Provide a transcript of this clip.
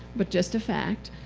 but just a fact.